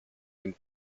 dem